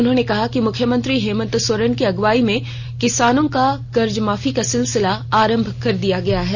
उन्होंने कहा कि मुख्यमंत्री हेमन्त सोरेन की अग्वाई में किसानों का कर्जमाफी का सिलसिला आरम्भ कर दिया गया है